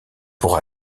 pour